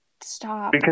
stop